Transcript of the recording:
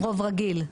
רוב רגיל?